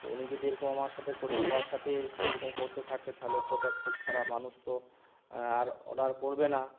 তো উনি যদি এরকম আমার সাথে করে সবার সাথে যদি এরকম করতে থাকে তাহলে তো এটা খুব খারাপ মানুষ তো আর অর্ডার করবে না